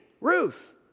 Ruth